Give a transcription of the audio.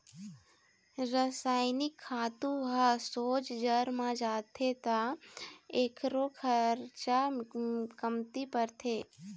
रसइनिक खातू ह सोझ जर म जाथे त एखरो खरचा कमती परथे